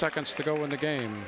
seconds to go in the game